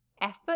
effort